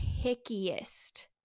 pickiest